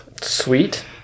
Sweet